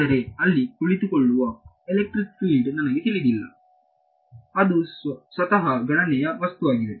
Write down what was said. ಆದರೆ ಅಲ್ಲಿ ಕುಳಿತುಕೊಳ್ಳುವ ಎಲೆಕ್ಟ್ರಿಕ್ ಫೀಲ್ಡ್ ನನಗೆ ತಿಳಿದಿಲ್ಲ ಅದು ಸ್ವತಃ ಗಣನೆಯ ವಸ್ತುವಾಗಿದೆ